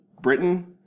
Britain